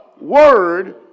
word